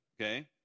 okay